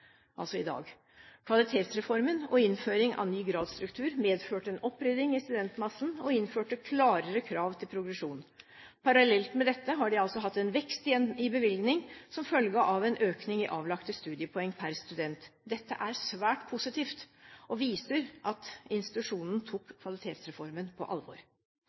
Kvalitetsreformen og innføringen av ny gradsstruktur medførte en opprydding i studentmassen, og innførte klarere krav til progresjon. Parallelt med dette har de altså hatt en vekst i bevilgning som følge av en økning i avlagte studiepoeng per student. Dette er svært positivt, og viser at institusjonen tok Kvalitetsreformen på alvor.